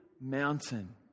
mountain